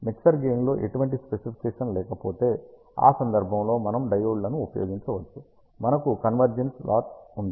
mixer gain లో ఎటువంటి specification లేకపోతే ఆ సందర్భంలో మనం డయోడ్లను ఉపయోగించవచ్చు మనకు కన్వర్జెంట్ లాస్ ఉంటుంది